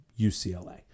UCLA